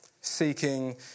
Seeking